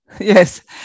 Yes